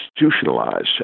constitutionalize